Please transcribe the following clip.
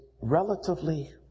relatively